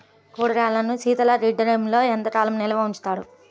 కూరగాయలను శీతలగిడ్డంగిలో ఎంత కాలం నిల్వ ఉంచుతారు?